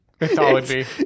mythology